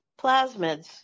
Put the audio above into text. plasmids